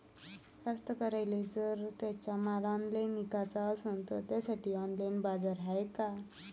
कास्तकाराइले जर त्यांचा माल ऑनलाइन इकाचा असन तर त्यासाठी ऑनलाइन बाजार हाय का?